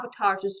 sabotages